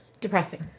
Depressing